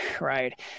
right